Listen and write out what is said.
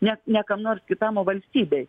ne ne kam nors kitam o valstybei